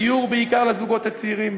דיור בעיקר לזוגות הצעירים,